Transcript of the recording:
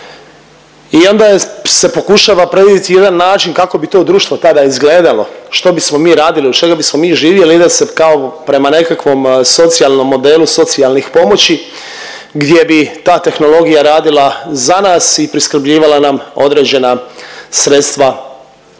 i onda se pokušava …/Govornik se ne razumije./… način kako bi to društvo tada izgledalo, što bismo mi radili, od čega bismo mi živjeli, ide se kao prema nekakvom socijalnom modelu socijalnih pomoći gdje bi ta tehnologija radila za nas i priskrbljivala nam određena sredstva u kontekstu